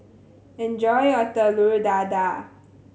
enjoy your Telur Dadah